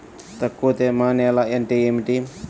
తక్కువ తేమ నేల అంటే ఏమిటి?